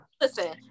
Listen